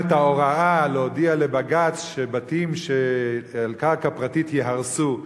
את ההוראה להודיע לבג"ץ שבתים על קרקע פרטית ייהרסו.